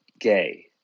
gay